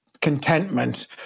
contentment